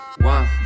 One